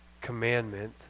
commandment